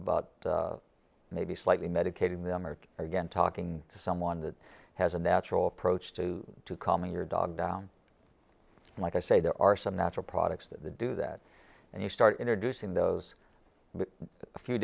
about about maybe slightly medicating them or again talking to someone that has a natural approach to to calm your dog down like i say there are some natural products that do that and you start introducing those